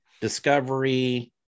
Discovery